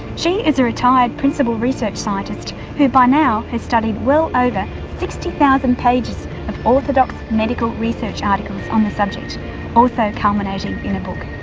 she is a retired principal, research scientist who by now, has studied, well over sixty thousand pages of orthodox medical research articles on the subject also, culminating in a book